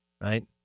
right